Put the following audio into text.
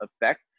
effect